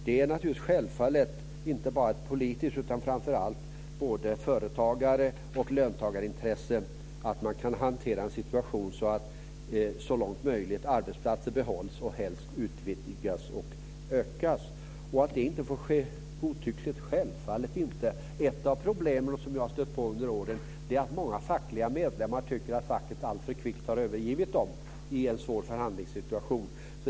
Det är naturligtvis inte bara ett politiskt intresse, utan framför allt både ett företagar och ett löntagarintresse att man kan hantera en situation så att arbetsplatser så långt möjligt behålls och helst också utvidgas och ökas. Det får självfallet inte ske godtyckligt. Ett av problemen som jag har stött på under åren är att många fackliga medlemmar tycker att facket alltför kvickt har övergivit dem i en svår förhandlingssituation.